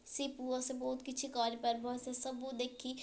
ସେ ପୁଅ ସେ ବହୁତ କିଛି କରିପାରିବ ସେସବୁ ଦେଖି